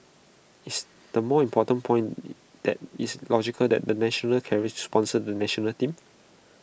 is the more important point that it's logical the the national carriers sponsor the National Team